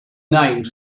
named